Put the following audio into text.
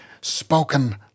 spoken